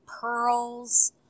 pearls